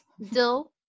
Dill